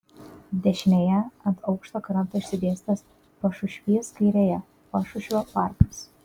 dešinėje ant aukšto kranto išsidėstęs pašušvys kairėje pašušvio parkas